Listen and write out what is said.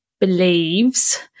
believes